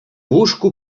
łóżku